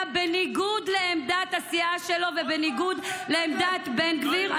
בניגוד לעמדת הסיעה שלו ובניגוד לעמדת בן גביר?